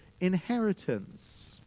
inheritance